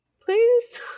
Please